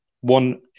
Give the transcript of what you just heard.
one